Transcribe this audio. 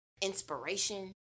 inspiration